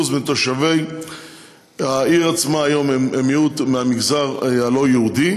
מתושבי העיר עצמה הם מיעוט מהמגזר הלא-יהודי,